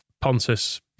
Pontus